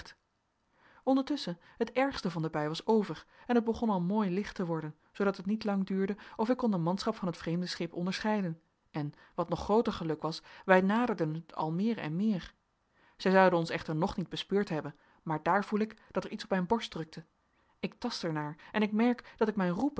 ondertusschen het ergste van de bui was over en het begon al mooi licht te worden zoodat het niet lang duurde of ik kon de manschap van het vreemde schip onderscheiden en wat nog grooter geluk was wij naderden het al meer en meer zij zouden ons echter nog niet bespeurd hebben maar daar voel ik dat er iets op mijn borst drukte ik tast er naar en ik merk dat ik mijn roeper